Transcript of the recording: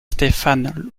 stéphane